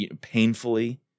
painfully